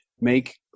make